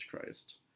Christ